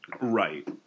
Right